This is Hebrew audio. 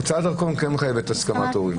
הוצאת דרכון כן מחייבת הסכמת הורים.